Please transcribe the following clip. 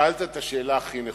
שאלת את השאלה הכי נכונה.